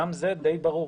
גם זה די ברור.